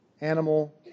animal